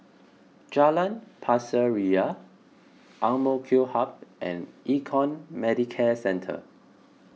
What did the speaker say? Jalan Pasir Ria A M K Hub and Econ Medicare Centre